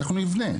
אנחנו נבנה,